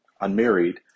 unmarried